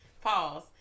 pause